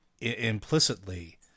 implicitly